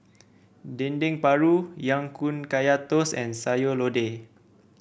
Dendeng Paru Ya Kun Kaya Toast and Sayur Lodeh